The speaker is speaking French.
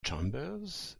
chambers